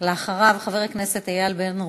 אחריו, חבר הכנסת איל בן ראובן.